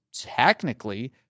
technically